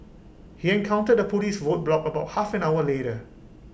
he encountered A Police roadblock about half an hour later